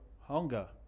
hunger